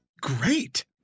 great